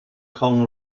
kong